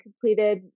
completed